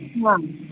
ಹಾಂ